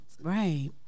Right